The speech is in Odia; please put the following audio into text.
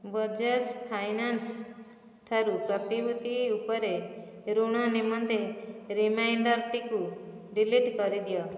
ବଜାଜ ଫାଇନାନ୍ସ୍ ଠାରୁ ପ୍ରତିଭୂତି ଉପରେ ଋଣ ନିମନ୍ତେ ରିମାଇଣ୍ଡର୍ଟିକୁ ଡିଲିଟ୍ କରିଦିଅ